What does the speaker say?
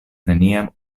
neniam